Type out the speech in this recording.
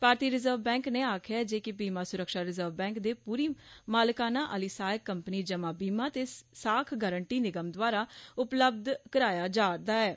भारतीय reserve bank नै आक्खेया ऐ जे बीमा स्रक्षा रिजर्व बैंक दे पूरी मालकाना आहली सहायक कंपनी जमा बीमा ते साख गांरटी निगम द्वारा उपलब्ध कराया जा र दा हा